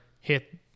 hit